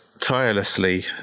tirelessly